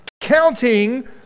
counting